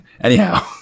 Anyhow